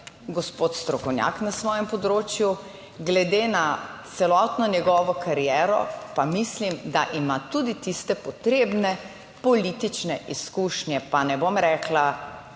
gospod strokovnjak na svojem področju, glede na celotno njegovo kariero pa mislim, da ima tudi tiste potrebne politične izkušnje, pa ne bom rekla